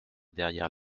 derrière